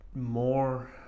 more